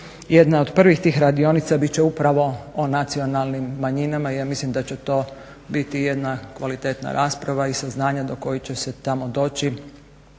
Jedna od prvih tih radionica bit će upravo o nacionalnim manjinama. Ja mislim da će to biti jedna kvalitetna rasprava i saznanja do kojih će se tamo doći